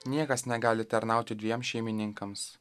niekas negali tarnauti dviem šeimininkams